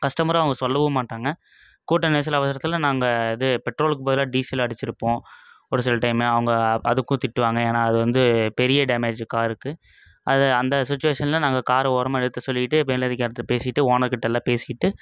கஸ்டமரும் அவங்க சொல்லவும் மாட்டாங்க கூட்ட நெரிசல் ஆகுற இடத்துல நாங்கள் இது பெட்ரோலுக்கு பதிலாக டீசல் அடித்திருப்போம் ஒரு சில டைம்மு அவுங்க அதுக்கும் திட்டுவாங்க ஏன்னா அது வந்து பெரிய டேமேஜு காருக்கு அது அந்த சுச்சுவேஷனில் நாங்கள் காரை ஓரமாக நிறுத்த சொல்லிட்டு மேலதிகாரிட்டே பேசிட்டு ஓனர் கிட்டே எல்லாம் பேசிக்கிட்டு